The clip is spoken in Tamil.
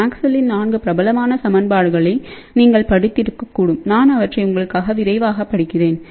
மேக்ஸ்வெல்லின் 4 பிரபலமான சமன்பாடுகளை நீங்கள் படித்திருக்க கூடும் நான் அவற்றை உங்களுக்காக விரைவாகப் படிக்கிறேன்∇